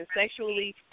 sexually